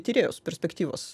tyrėjos perspektyvos